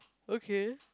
okay